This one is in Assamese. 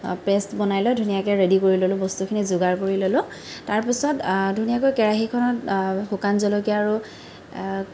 পেষ্ট বনাই লৈ ধুনীয়াকৈ ৰেডি কৰি ললোঁ বস্তুখিনি যোগাৰ কৰি ললোঁ তাৰপিছত ধুনীয়াকৈ কেৰাহীখনত শুকান জলকীয়া আৰু